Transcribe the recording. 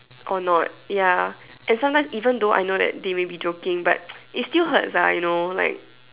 or not ya and sometimes even though I know they may be joking but it still hurts lah you know like